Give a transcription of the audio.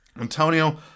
Antonio